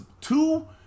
two